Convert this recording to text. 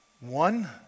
One